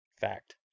fact